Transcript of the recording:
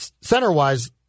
center-wise